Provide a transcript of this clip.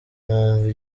numva